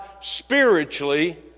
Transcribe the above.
spiritually